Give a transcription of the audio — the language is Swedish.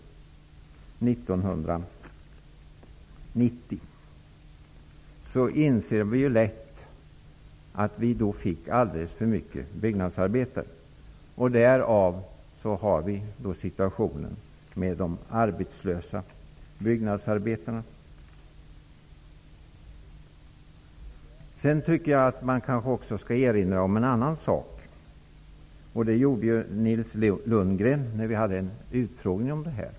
Om vi jämför dessa år inser vi lätt att vi fick alldeles för många byggnadsarbetare 1990. Därför har vi nu situationen med de arbetslösa byggnadsarbetarna. Sedan tycker jag att man kanske också skall erinra om en annan sak. Det gjorde Nils Lundgren när vi hade en utfrågning om detta.